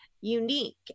unique